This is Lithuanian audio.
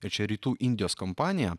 ir čia rytų indijos kompanija